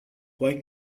why